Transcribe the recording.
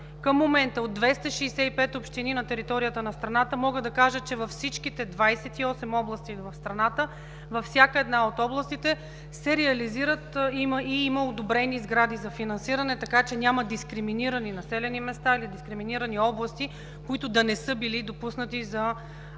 Към момента от 265 общини на територията на страната, мога да кажа, че във всички 28 области, във всяка една от областите се реализират и има одобрени сгради за финансиране. Няма дискриминирани населени места или дискриминирани области, които да не са били допуснати за изпълнение